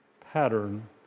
pattern